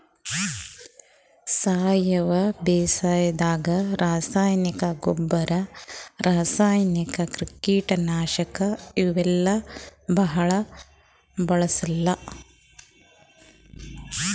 ಸಾವಯವ ಬೇಸಾಯಾದಾಗ ರಾಸಾಯನಿಕ್ ಗೊಬ್ಬರ್, ರಾಸಾಯನಿಕ್ ಕೀಟನಾಶಕ್ ಇವೆಲ್ಲಾ ಭಾಳ್ ಬಳ್ಸಲ್ಲ್